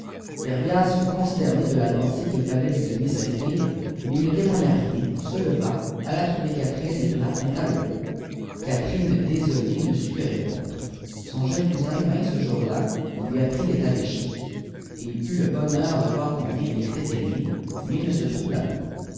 vias fut consterné de la pensée qu'il fallait lui donner sa fille mais il ne témoigna rien se leva alla trouver catherine et lui raconta lé tout cawerine désolée ne sut que répondre son jeune cousin vint cjow là on lui apprit l'état des choses et il eut le bonheur devoir combien il était aimé mais il ne se troubla point